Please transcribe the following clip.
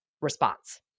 response